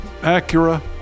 Acura